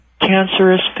Cancerous